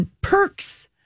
perks